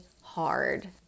hard